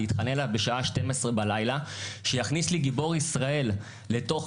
בשעה 24:00 שיכניס לי גיבור ישראל לתוך